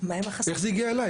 איך זה הגיע אליי?